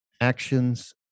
Actions